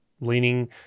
leaning